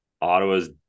Ottawa's